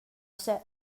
said